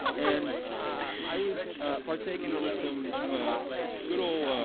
and i was partaking in some good ole,